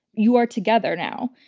you are together now.